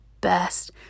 best